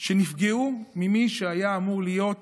שנפגעו ממי שהיה אמור להיות